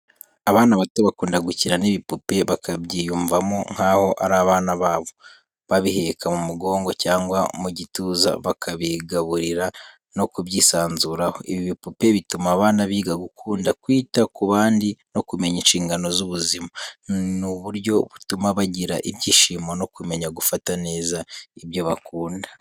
Abana bato bakunda gukina n’ibipupe bakabyiyumvamo nkaho ari abana babo. Babiheka mu mugongo cyangwa mu gituza, bakabigaburira no kubyisanzuraho. Ibi bipupe bituma abana biga gukunda kwita ku bandi no kumenya inshingano z’ubuzima. Ni uburyo butuma bagira ibyishimo no kumenya gufata neza ibyo bakunda.